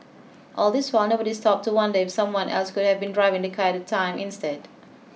all this while nobody stopped to wonder if someone else could have been driving the car at the time instead